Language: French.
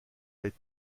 les